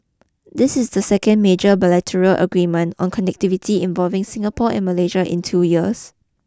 this is the second major bilateral agreement on connectivity involving Singapore and Malaysia in two years